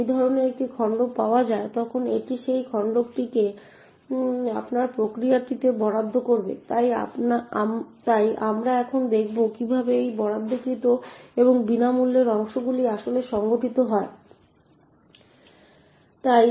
যখন এই ধরনের একটি খণ্ড পাওয়া যায় তখন এটি সেই খণ্ডটিকে আপনার প্রক্রিয়াতে বরাদ্দ করবে তাই আমরা এখন দেখব কিভাবে এই বরাদ্দকৃত এবং বিনামূল্যের অংশগুলি আসলে সংগঠিত হয়